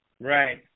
Right